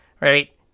Right